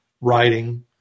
writing